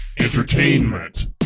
entertainment